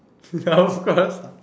ya of course